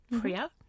Priya